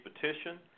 petition